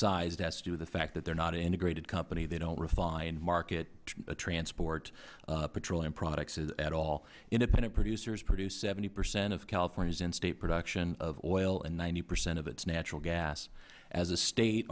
size it has to do with the fact that they're not an integrated company they don't refine market transport petroleum products at all independent producers produce seventy percent of california's instate production of oil and ninety percent of its natural gas as a state